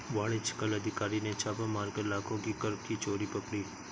वाणिज्य कर अधिकारी ने छापा मारकर लाखों की कर की चोरी पकड़ी